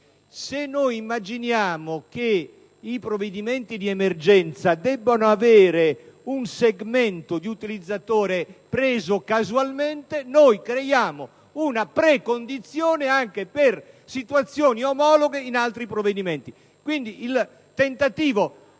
se si immagina che i provvedimenti di emergenza debbano avere un segmento di utilizzatori preso a caso, si crea una precondizione anche per situazioni omologhe in altri provvedimenti. Il mio è un tentativo